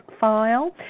file